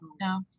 no